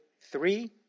three